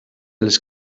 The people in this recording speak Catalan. les